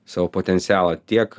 savo potencialą tiek